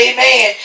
Amen